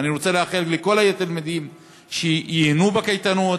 ואני רוצה לאחל לכל התלמידים שייהנו בקייטנות,